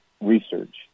research